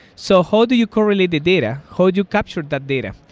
so how do you correlate the data? how do you capture that data?